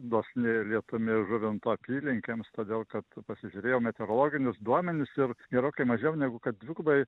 dosni lietumi žuvinto apylinkėms todėl kad pasižiūrėjome meteorologinius duomenis ir gerokai mažiau negu kad dvigubai